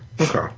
Okay